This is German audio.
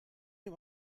dem